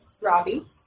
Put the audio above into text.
Robbie